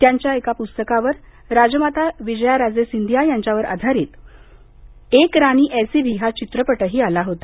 त्यांच्या एका पुस्तकावर राजमाता विजया राजे सिन्धिया यांच्यावर आधारीत एक रानी ऐसी भी हा चित्रपटही आला होता